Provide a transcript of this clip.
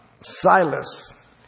Silas